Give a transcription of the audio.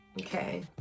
Okay